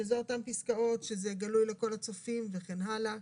שאלו אותן פסקאות שזה גלוי לכל הצופים וכן הלאה